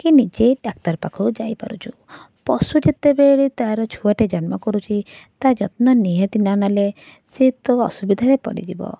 କି ନିଜେ ଡାକ୍ତର ପାଖକୁ ଯାଇପାରୁଛୁ ପଶୁ ଯେତେବେଳେ ତାର ଛୁଆଟେ ଜନ୍ମ କରୁଛି ତା ଯତ୍ନ ନିହାତି ନନେଲେ ସେ ତ ଅସୁବିଧାରେ ପଡ଼ିଯିବ